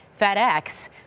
FedEx